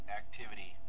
activity